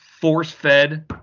force-fed